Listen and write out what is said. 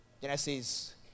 genesis